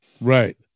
Right